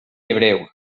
hebreu